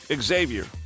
Xavier